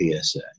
PSA